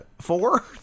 Four